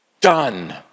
Done